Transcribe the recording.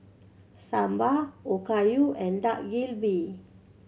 Sambar Okayu and Dak Galbi